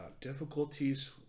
difficulties